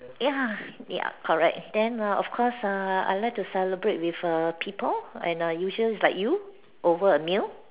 ya yup correct then err of course err I like to celebrate with err people and err usual is like you over a meal